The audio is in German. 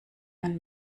man